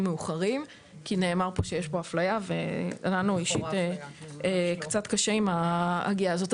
מאוחרים כי נאמר שיש פה אפליה ולנו אישית קצת קשה עם ההגייה הזו,